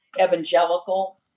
evangelical